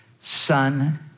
son